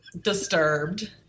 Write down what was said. Disturbed